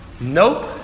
Nope